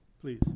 Please